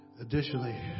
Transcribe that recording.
Additionally